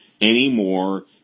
anymore